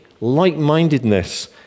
like-mindedness